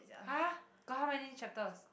!huh! got how many chapters